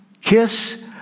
kiss